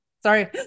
Sorry